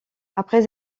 après